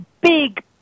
big